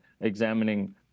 examining